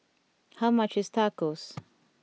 how much is Tacos